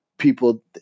People